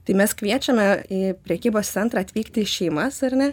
tai mes kviečiame į prekybos centrą atvykti šeimas ar ne